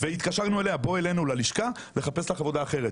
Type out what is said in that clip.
והתקשרנו אליה בואי אלינו ללשכה ונחפש לך עבודה אחרת.